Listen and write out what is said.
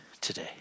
today